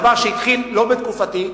דבר שהתחיל לא בתקופתי.